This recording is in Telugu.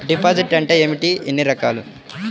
డిపాజిట్ అంటే ఏమిటీ ఎన్ని రకాలు?